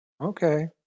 Okay